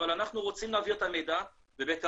אבל אנחנו רוצים להעביר את המידע ובקרוב